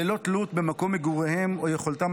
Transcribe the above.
ללא תלות במקום מגוריהם או ביכולתם